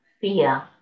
fear